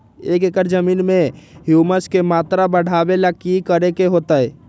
एक एकड़ जमीन में ह्यूमस के मात्रा बढ़ावे ला की करे के होतई?